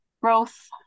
growth